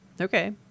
Okay